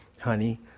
honey